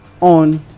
on